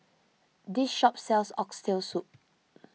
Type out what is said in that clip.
this shop sells Oxtail Soup